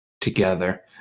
together